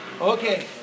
Okay